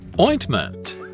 Ointment